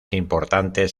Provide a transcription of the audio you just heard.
importantes